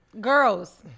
Girls